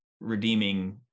redeeming